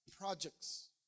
projects